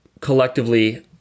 collectively